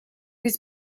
was